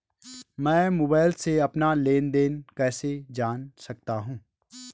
मैं मोबाइल से अपना लेन लेन देन कैसे जान सकता हूँ?